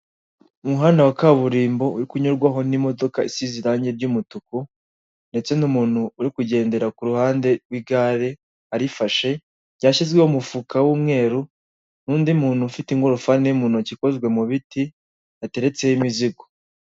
Umuhanda wa kaburimbo uri kunyurwaho n'imodoka isize irangi ry'umutuku, ndetse n'umuntu uri kugendera ku ruhande rw'igare arifashe ryashyizweho umufuka w'umweru, n'undi muntu ufite ingorofani iri mu ntoki ikozwe mu biti yateretseho imizigo.